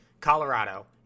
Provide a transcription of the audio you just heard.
Colorado